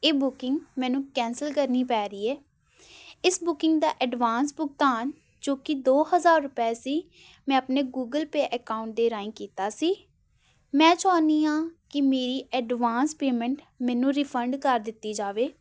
ਇਹ ਬੁਕਿੰਗ ਮੈਨੂੰ ਕੈਂਸਲ ਕਰਨੀ ਪੈ ਰਹੀ ਹੈ ਇਸ ਬੁਕਿੰਗ ਦਾ ਐਡਵਾਂਸ ਭੁਗਤਾਨ ਜੋ ਕਿ ਦੋ ਹਜ਼ਾਰ ਰੁਪਏ ਸੀ ਮੈਂ ਆਪਣੇ ਗੂਗਲ ਪੇ ਅਕਾਊਂਟ ਦੇ ਰਾਹੀਂ ਕੀਤਾ ਸੀ ਮੈਂ ਚਾਹੁੰਦੀ ਹਾਂ ਕਿ ਮੇਰੀ ਐਡਵਾਂਸ ਪੇਮੈਂਟ ਮੈਨੂੰ ਰਿਫੰਡ ਕਰ ਦਿੱਤੀ ਜਾਵੇ